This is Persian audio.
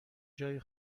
جای